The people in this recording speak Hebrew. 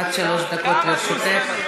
עד שלוש דקות לרשותך.